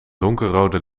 donkerrode